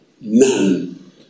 none